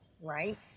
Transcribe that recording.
right